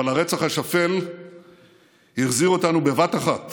אבל הרצח השפל החזיר אותנו בבת אחת